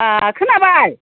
आ खोनाबाय